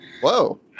whoa